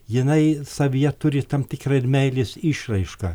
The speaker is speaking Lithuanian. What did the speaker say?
jinai savyje turi tam tikrą ir meilės išraišką